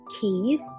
keys